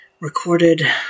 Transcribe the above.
recorded